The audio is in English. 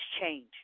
change